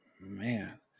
man